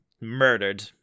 murdered